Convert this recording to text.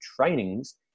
trainings